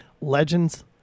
Legends